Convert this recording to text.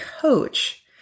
coach